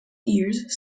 years